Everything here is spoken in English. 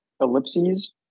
ellipses